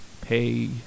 pay